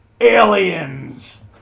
Aliens